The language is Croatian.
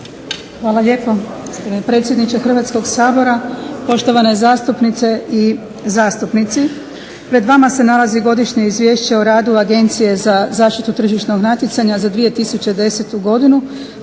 Hvala lijepa gospodine predsjedniče Hrvatskog sabora, poštovane zastupnice i zastupnici. Pred vama se nalazi Godišnje izvješće o radu Agencije za zaštitu tržišnog natjecanja za 2010. koja